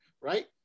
right